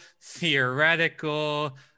theoretical